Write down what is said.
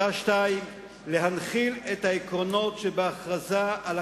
פסקה (2): "להנחיל את העקרונות שבהכרזה על